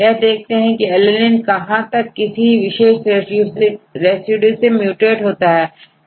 यह देखते हैं किalanine कहां तक किसी विशेष रेसिड्यू से म्यूटएट होता है